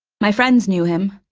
my friends knew him.